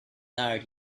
already